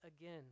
again